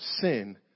sin